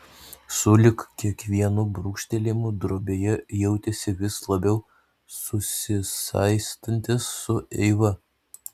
sulig kiekvienu brūkštelėjimu drobėje jautėsi vis labiau susisaistantis su eiva